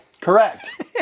Correct